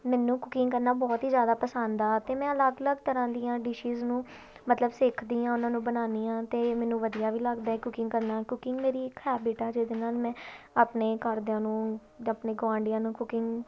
ਮੈਨੂੰ ਕੁਕਿੰਗ ਕਰਨਾ ਬਹੁਤ ਹੀ ਜ਼ਿਆਦਾ ਪਸੰਦ ਆ ਅਤੇ ਮੈਂ ਅਲੱਗ ਅਲੱਗ ਤਰ੍ਹਾਂ ਦੀਆਂ ਡਿਸ਼ਿਜ਼ ਨੂੰ ਮਤਲਬ ਸਿੱਖਦੀ ਹਾਂ ਉਹਨਾਂ ਨੂੰ ਬਣਾਉਂਦੀ ਹਾਂ ਅਤੇ ਮੈਨੂੰ ਵਧੀਆ ਵੀ ਲੱਗਦਾ ਕੁਕਿੰਗ ਕਰਨਾ ਕੁਕਿੰਗ ਮੇਰੀ ਇੱਕ ਹੈਬੀਟ ਹੈ ਜਿਹਦੇ ਨਾਲ ਮੈਂ ਆਪਣੇ ਘਰਦਿਆਂ ਨੂੰ ਜਾਂ ਆਪਣੇ ਗੁਆਂਡੀਆਂ ਨੂੰ ਕੁਕਿੰਗ